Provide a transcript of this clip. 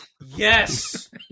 Yes